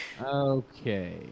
Okay